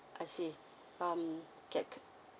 I see um